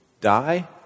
Die